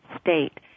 state